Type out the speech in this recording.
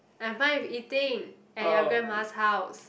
I'm fine with eating at your grandma's house